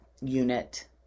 unit